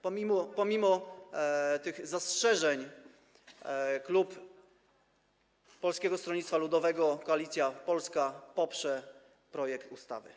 Pomimo tych zastrzeżeń klub Polskie Stronnictwo Ludowe - Koalicja Polska poprze projekt ustawy.